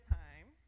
time